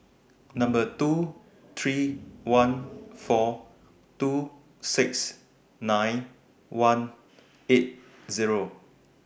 Number two three one four two six nine one eight Zero